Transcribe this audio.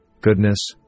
goodness